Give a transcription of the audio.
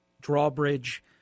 drawbridge